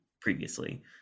previously